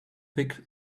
thick